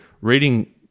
reading